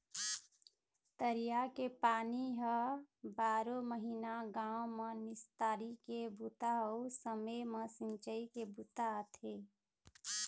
तरिया के पानी ह बारो महिना गाँव म निस्तारी के बूता अउ समे म सिंचई के बूता आथे